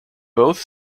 both